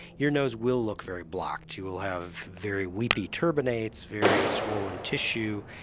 your nose will look very blocked, you will have very weepy turbinates, very swollen tissue,